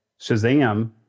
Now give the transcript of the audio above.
Shazam